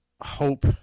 hope